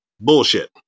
bullshit